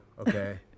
okay